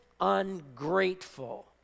Ungrateful